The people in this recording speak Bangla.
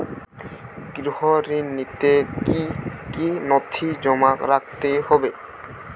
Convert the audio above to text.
গৃহ ঋণ নিতে কি কি নথি জমা রাখতে হবে?